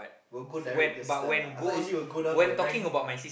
will go direct this time lah I thought you say will go down the rank